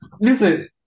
Listen